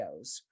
videos